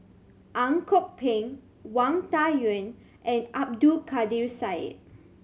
Ang Kok Peng Wang Dayuan and Abdul Kadir Syed